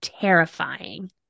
terrifying